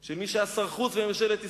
של מי שהיה שר החוץ בממשלת ישראל,